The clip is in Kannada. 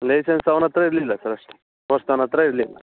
ಲೈಸನ್ಸ್ ಅವ್ನ ಹತ್ರ ಇರಲಿಲ್ಲ ಸರ್ ಅಷ್ಟೆ ದೊಸ್ತನ ಹತ್ರ ಇರಲಿಲ್ಲ